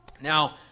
Now